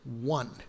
one